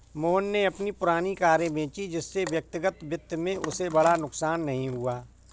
मोहन ने अपनी पुरानी कारें बेची जिससे व्यक्तिगत वित्त में उसे बड़ा नुकसान नहीं हुआ है